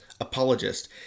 apologist